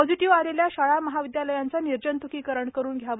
positive आलेल्या शाळा महाविद्यालयांचे निर्जंत्कीकरण करून घ्यावे